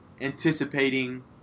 anticipating